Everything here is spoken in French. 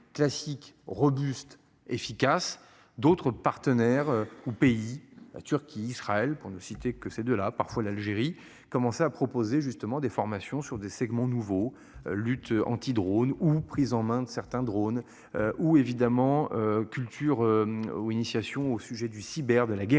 d'autres partenaires ou pays, la Turquie, Israël, pour ne citer que ces deux là parfois l'Algérie commencer à proposer justement des formations sur des segments nouveaux lutte anti-drone ou prise en main de certains drone. Où évidemment culture au initiation au sujet du cyber de la guerre